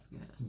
yes